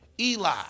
Eli